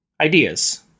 Ideas